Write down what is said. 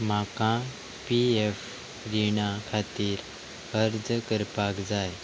म्हाका P F रीणां खातीर अर्ज करपाक जाय